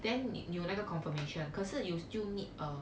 then 你有那个 confirmation 可是 you'll still need a